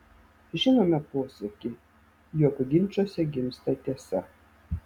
žinome posakį jog ginčuose gimsta tiesa